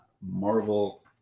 Marvel